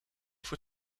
voor